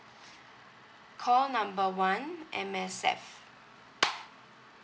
call number one M_S_F